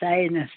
science